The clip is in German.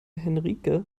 henrike